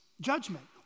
judgment